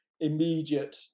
immediate